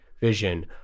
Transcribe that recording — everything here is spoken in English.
vision